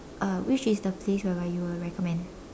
uh which is the place whereby you will recommend